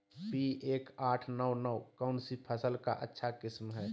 P एक आठ नौ नौ कौन सी फसल का अच्छा किस्म हैं?